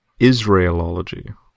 Israelology